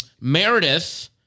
Meredith